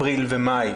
אפריל ומאי.